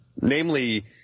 Namely